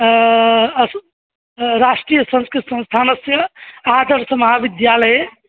असु राष्ट्रियसंस्कृतसंस्थानस्य आदर्शमहाविद्यालये